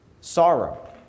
sorrow